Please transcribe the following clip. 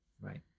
Right